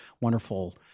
wonderful